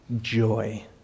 Joy